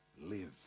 live